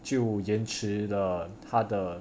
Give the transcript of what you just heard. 就延迟了他的